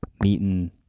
Meeting